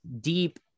deep